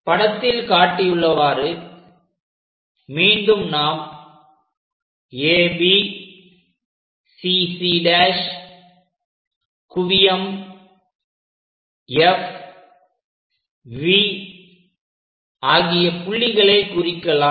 படத்தில் காட்டியவாறு மீண்டும் நாம் AB CC' குவியம் F V ஆகிய புள்ளிகளை குறிக்கலாம்